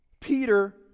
Peter